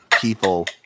people